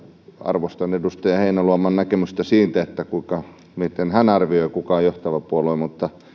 arvostan edustaja heinäluoman näkemystä siitä miten hän arvioi mikä on johtava puolue mutta